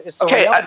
Okay